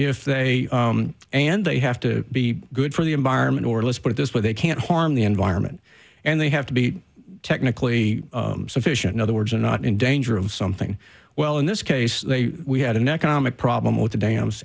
if they and they have to be good for the environment or let's put it this way they can't harm the environment and they have to be technically efficient other words are not in danger of something well in this case we had an economic problem with the dams